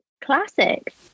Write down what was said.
Classic